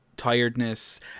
tiredness